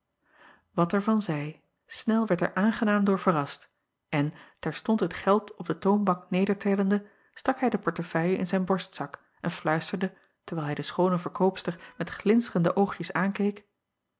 er van zij nel werd er aangenaam door verrast en terstond het geld op de toonbank nedertellende stak hij den portefeuille in zijn borstzak en fluisterde terwijl hij de schoone verkoopster met glinsterende oogjes aankeek